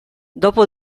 dopo